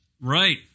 Right